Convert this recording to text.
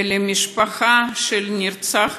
ולמשפחה של הנרצחת,